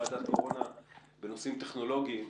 ועדת הקורונה בנושאים טכנולוגיים.